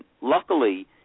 luckily